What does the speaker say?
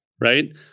right